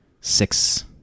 six